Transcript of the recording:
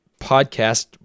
podcast